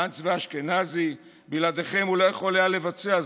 גנץ ואשכנזי, בלעדיכם הוא לא יכול היה לבצע זאת.